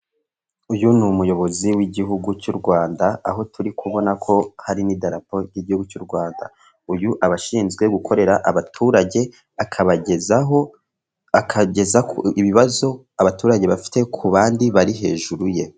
Uyu ni umuyobozi w'igihugu cy'u Rwanda, aho turi kubona ko hari n'idaraporo ry'igihugu cy'u Rwanda, uyu aba ashinzwe gukorera abaturage, akageza ibibazo abaturage baba bafite ku bandi bari hejuru ye.